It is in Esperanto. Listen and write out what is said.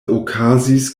okazis